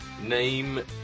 Name